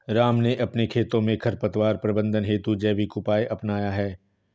राम ने अपने खेतों में खरपतवार प्रबंधन हेतु जैविक उपाय अपनाया है